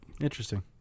Interesting